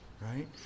right